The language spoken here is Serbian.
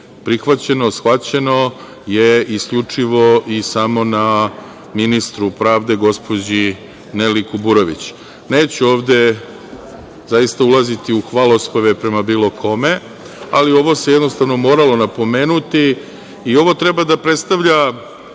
prihvaćeno, shvaćeno je isključivo i samo na ministru pravde, gospođi Neli Kuborović. Neću ovde zaista ulaziti u hvalospeve prema bilo kome, ali ovo se jednostavno moralo napomenuti i ovo treba da predstavlja